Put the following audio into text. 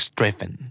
driven